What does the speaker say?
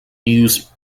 news